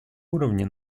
уровне